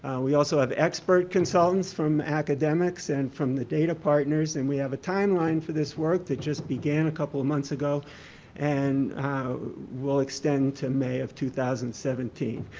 we also have expert consultants from academics and from the data partners and we have a timeline for this work that just began a couple of months ago and will extend to may of two thousand and seventeen.